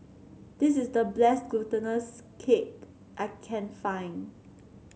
this is the bless glutinous cake I can find